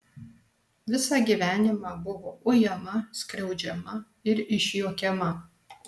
visą gyvenimą buvo ujama skriaudžiama ir išjuokiama